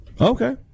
Okay